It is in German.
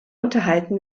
unterhalten